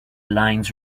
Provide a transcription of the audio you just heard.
lines